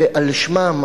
ועל שמם,